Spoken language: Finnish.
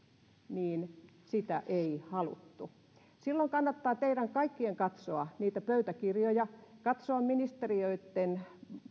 niin sitä ei haluttu kannattaa teidän kaikkien katsoa niitä pöytäkirjoja katsoa ministeriöitten